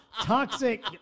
toxic